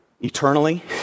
Eternally